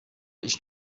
ich